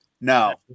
No